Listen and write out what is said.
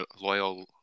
loyal